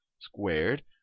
squared